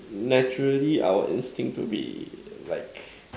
naturally our instinct to be like